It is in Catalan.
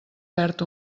perd